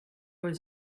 was